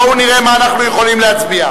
בואו ונראה על מה אנחנו יכולים להצביע.